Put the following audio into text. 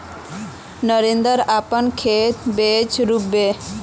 नरेंद्रक अपनार खेतत बीज रोप बे